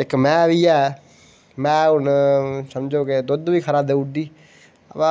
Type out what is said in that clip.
इक मैंंह बी ऐ मैंह हून समझो गै दुद्ध बी खरा देई ओड़दी अबा